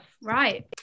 right